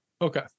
Okay